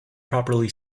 properly